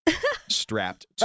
strapped